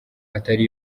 atari